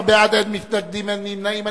15 בעד, אין מתנגדים, אין נמנעים.